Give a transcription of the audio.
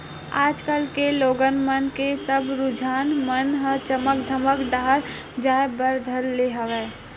आज कल के लोगन मन के सब रुझान मन ह चमक धमक डाहर जाय बर धर ले हवय